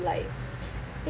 like